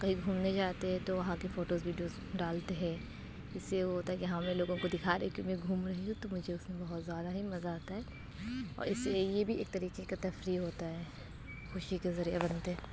کہیں گھومنے جاتے ہیں تو وہاں کے فوٹوز ویڈیوز ڈالتے ہے اس سے یہ ہوتا ہے کہ ہاں میں لوگوں کو دکھا رہی ہوں کہ میں گھوم رہی ہوں تو مجھے اس میں بہت زیادہ ہی مزہ آتا ہے اور اس سے یہ بھی ایک طریقے کا تفریح ہوتا ہے خوشی کا ذریعہ بنتے ہیں